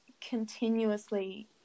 continuously